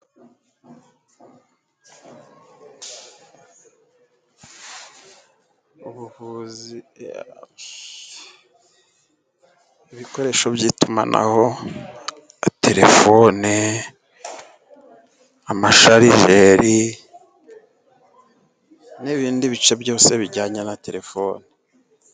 Ibikoresho by'itumanaho: telefone, amasharijeri, n'ibindi bice byose bijyanye na terefoni.